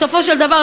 בסופו של דבר,